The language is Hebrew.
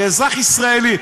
כאזרח ישראלי,